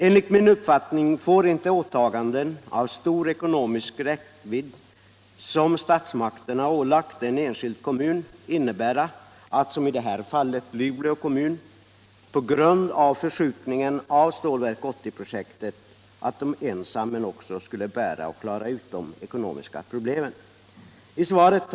Enligt min uppfattning får det inte överlämnas till den enskilda kommunen att ensam klara de ekonomiska problem som uppstår i samband med att statsmakterna ålägger denna åtaganden av stor ekonomisk räckvidd, som t.ex. är fallet med Luleå kommun, där Stålverk 80-projektet nu uppskjutits.